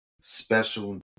special